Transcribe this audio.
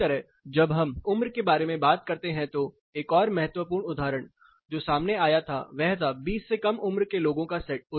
इसी तरह जब हम उम्र के बारे में बात करते हैं तो एक और महत्वपूर्ण उदाहरण जो सामने आया वह था 20 से कम उम्र के लोगों का सेट